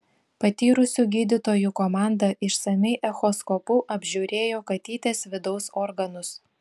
patyrusių gydytojų komanda išsamiai echoskopu apžiūrėjo katytės vidaus organus